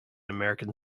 american